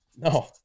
No